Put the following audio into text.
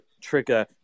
trigger